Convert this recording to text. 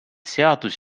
seadus